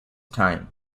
time